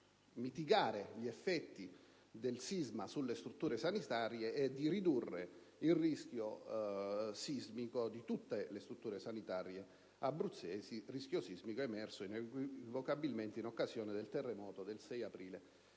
mitigare gli effetti del sisma sulle strutture sanitarie e di ridurre il rischio sismico per tutte le strutture sanitarie abruzzesi, emerso inequivocabilmente in occasione del terremoto del 6 aprile